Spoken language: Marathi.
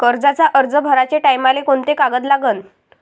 कर्जाचा अर्ज भराचे टायमाले कोंते कागद लागन?